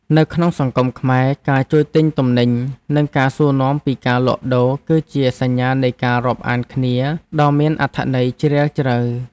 នៅក្នុងសង្គមខ្មែរ ការជួយទិញទំនិញនិងការសួរនាំពីការលក់ដូរ គឺជាសញ្ញានៃការរាប់អានគ្នាដ៏មានអត្ថន័យជ្រាលជ្រៅ។